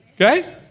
Okay